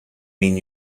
mean